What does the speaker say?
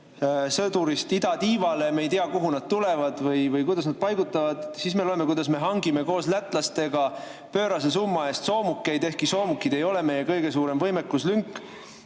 sõdurit idatiivale, aga me ei tea, kuhu nad tulevad või kuidas nad paigutuvad. Siis me loeme, et me hangime koos lätlastega pöörase summa eest soomukeid, ehkki soomukid ei ole meie kõige suurem võimekuslünk.